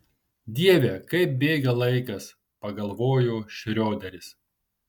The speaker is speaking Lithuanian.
dieve kaip bėga laikas pagalvojo šrioderis